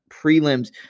prelims